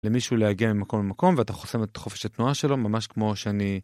למישהו להגיע ממקום למקום, ואתה חוסם את חופש התנועה שלו, ממש כמו שאני...